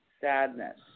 sadness